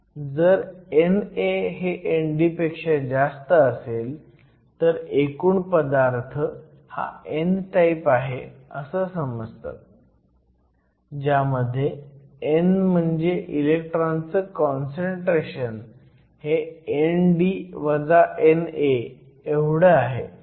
जर NA पेक्षा ND जास्त असेल तर एकूण पदार्थ हा n टाईप आहे असं समजतात ज्यामध्ये n म्हणजे इलेक्ट्रॉनचं काँसंट्रेशन हे ND NA एवढं आहे